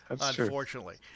Unfortunately